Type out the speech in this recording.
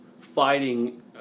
fighting